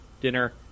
dinner